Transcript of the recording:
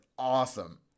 Awesome